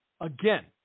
Again